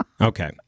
Okay